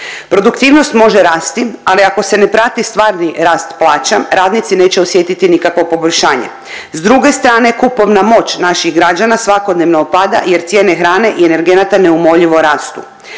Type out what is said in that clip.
Produktivnost može rasti, ali ako se ne prati stvari rast plaća radnici neće osjetiti nikakvo poboljšanje. S druge strane kupovna moć naših građana svakodnevno opada jer cijene hrane i energenata neumoljivo rastu.